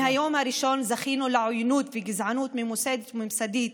מהיום הראשון זכינו לעוינות וגזענות ממוסדת וממסדית,